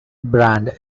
brand